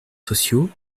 sociaux